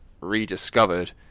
rediscovered